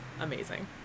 amazing